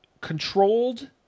controlled